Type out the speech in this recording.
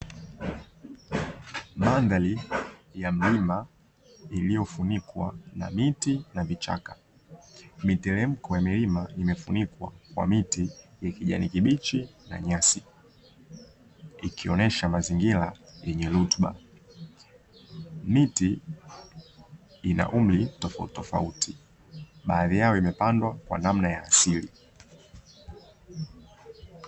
Mandhari ya milima iliyofunikwa na miti na vichaka miteremko ya milima imefunikwa kwa miti ya kijani kibichi na nyasi, ikionyesha mazingira yenye rutuba miti ina umri tofauti tofauti baadhi yao imepandwa kwa namna ya asili.